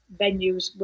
venues